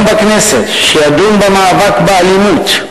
בכנסת יום דיון במאבק באלימות,